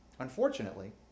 Unfortunately